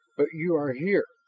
but you are here.